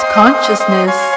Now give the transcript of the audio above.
consciousness